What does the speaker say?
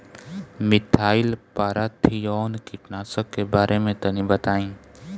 Methyl parathion कीटनाशक के बारे में तनि बताई?